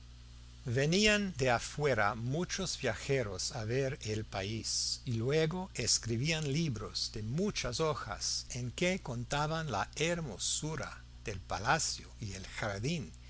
venían de afuera muchos viajeros a ver el país y luego escribían libros de muchas hojas en que contaban la hermosura del palacio y el jardín